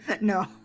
No